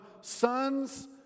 sons